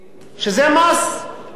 שזה מס עקיף,